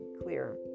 clear